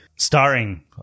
Starring